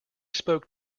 spoke